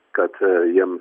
kad jiem